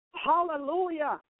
Hallelujah